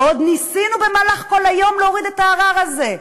ועוד ניסינו במהלך כל היום להוריד את הערר הזה,